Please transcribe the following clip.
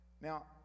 now